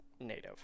native